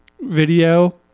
video